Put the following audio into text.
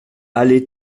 allée